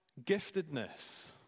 giftedness